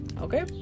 okay